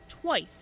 Twice